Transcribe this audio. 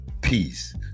Peace